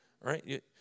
right